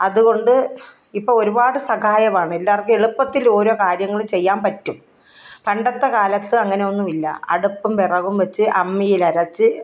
അതുകൊണ്ട് ഇപ്പം ഒരുപാട് സഹായമാണ് എല്ലാവർക്കും എളുപ്പത്തിൽ ഓരോ കാര്യങ്ങൾ ചെയ്യാൻ പറ്റും പണ്ടത്ത കാലത്ത് അങ്ങനെയൊന്നുമില്ല അടുപ്പും വിറകും വച്ച് അമ്മിയിലരച്ച്